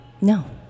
No